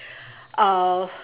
uh